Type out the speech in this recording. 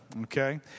Okay